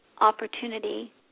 opportunity